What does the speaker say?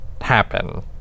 happen